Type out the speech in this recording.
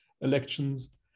elections